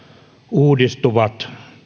uudistuvat